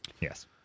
yes